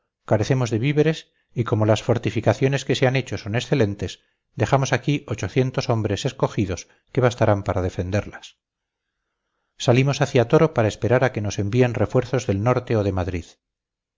carecemos de víveres y como las fortificaciones que se han hecho son excelentes dejamos aquí ochocientos hombres escogidos que bastarán para defenderlas salimos hacia toro para esperar a que nos envíen refuerzos del norte o de madrid